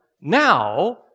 now